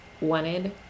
wanted